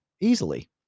easily